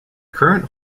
current